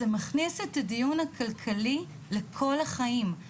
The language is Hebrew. זה מכניס את הדיון הכלכלי לכל החיים.